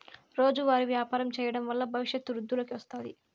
రోజువారీ వ్యాపారం చేయడం వల్ల భవిష్యత్తు వృద్ధిలోకి వస్తాది